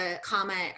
comment